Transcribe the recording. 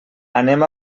anem